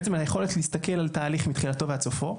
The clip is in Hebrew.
זה בעצם היכולת להסתכל על תהליך מתחילתו ועד סופו,